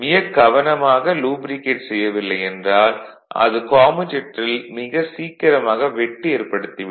மிகக் கவனமாக லூப்ரிகேட் செய்யவில்லையென்றால் அது கம்யூடேடரில் மிக சீக்கிரமாக வெட்டு ஏற்படுத்தி விடும்